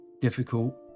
difficult